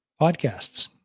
Podcasts